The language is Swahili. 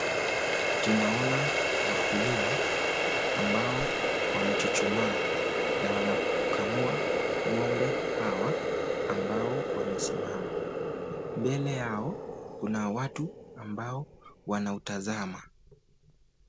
Tunaona wakulima ambao wamechuchumaa, na wanakamua Ng'ombe hawa ambao wamesimama. Mbele yao kuna watu ambao wanaotazama.